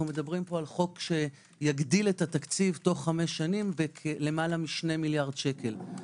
מדברים על חוק שיגדיל את התקציב תוך חמש שנים בלמעלה מ-2 מיליארד שקל.